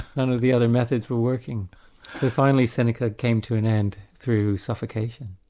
none of the other methods were working. so finally seneca came to an end through suffocation.